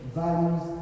values